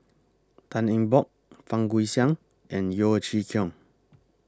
Tan Eng Bock Fang Guixiang and Yeo Chee Kiong